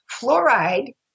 fluoride